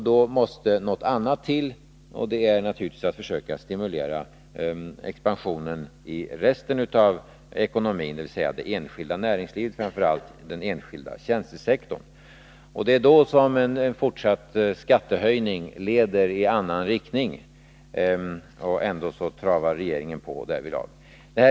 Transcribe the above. Då måste något annat till, och det är naturligtvis att försöka stimulera expansionen i resten av ekonomin, dvs. det enskilda näringslivet och framför allt den enskilda tjänstesektorn. Det är då som en fortsatt skattehöjning leder i annan riktning. Ändå travar regeringen på därvidlag.